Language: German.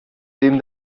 dem